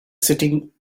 setting